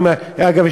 אגב,